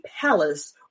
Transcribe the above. palace